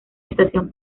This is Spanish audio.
estación